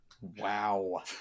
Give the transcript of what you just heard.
wow